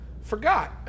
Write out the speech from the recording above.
forgot